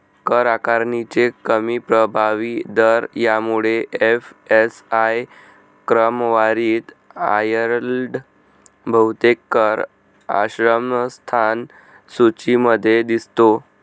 कर आकारणीचे कमी प्रभावी दर यामुळे एफ.एस.आय क्रमवारीत आयर्लंड बहुतेक कर आश्रयस्थान सूचीमध्ये दिसतो